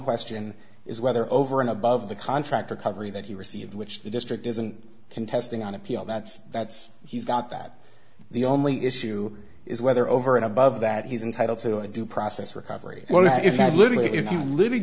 question is whether over and above the contract recovery that he received which the district isn't contesting on appeal that's that's he's got that the only issue is whether over and above that he's entitled to due process recovery well that if you're living